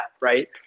Right